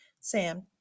Sam